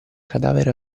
cadavere